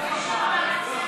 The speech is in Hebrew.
זאת לא המילה הנכונה,